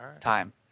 Time